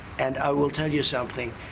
and i will tell you something.